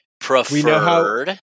Preferred